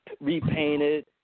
repainted